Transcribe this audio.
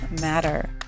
matter